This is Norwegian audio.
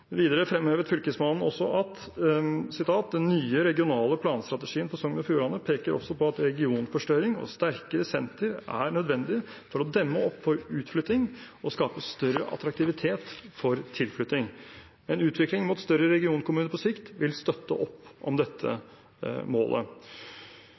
Videre fremhevet Fylkesmannen også: Den nye regionale planstrategien for Sogn og Fjordane peker også på at regionforstørring og sterkere senter er nødvendige for å demme opp om utflytting og å skape større attraktivitet for tilflytting. En utvikling mot større regionkommuner på sikt vil støtte opp om dette